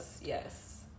Yes